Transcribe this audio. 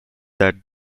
that